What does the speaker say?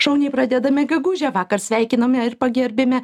šauniai pradedame gegužę vakar sveikinome ir pagerbėme